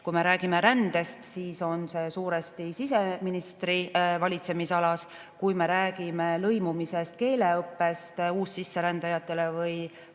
Kui me räägime rändest, siis on see ju suuresti siseministri valitsemisalas, kui me räägime lõimumisest, keeleõppest uussisserändajatele või